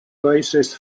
oasis